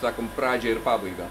sakom pradžią ir pabaigą